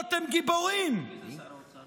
הגבעות הם גיבורים, מי זה שר האוצר?